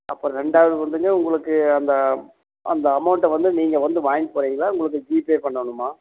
அப்புறம் ரெண்டாவது வந்துங்க உங்களுக்கு அந்த அந்த அமௌண்ட்டை வந்து நீங்கள் வந்து வாங்கிட்டு போகிறீங்களா உங்களுக்கு ஜிபே பண்ணணுமா